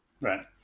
Right